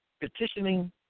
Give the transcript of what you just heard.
petitioning